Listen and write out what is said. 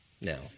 Now